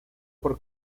por